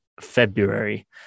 February